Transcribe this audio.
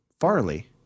farley